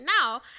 now